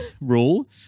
rule